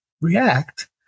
react